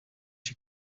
she